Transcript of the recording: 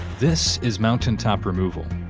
this is mountaintop removal.